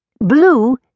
Blue